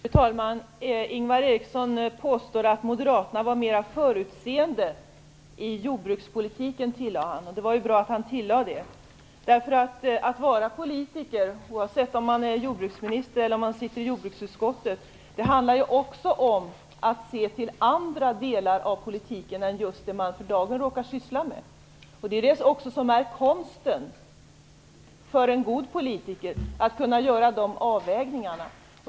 Fru talman! Ingvar Eriksson påstår att moderaterna var mera förutseende i jordbrukspolitiken. Det var ju bra att han tillade det. Att vara politiker - oavsett om man är jordbruksminister eller sitter i jordbruksutskottet - handlar också om att se till andra delar av politiken än just det som man för dagen råkar syssla med. Det är också det som är konsten för en god politiker, att kunna göra de avvägningarna.